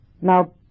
Now